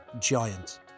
Giant